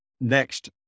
next